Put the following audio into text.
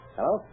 Hello